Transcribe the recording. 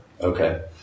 Okay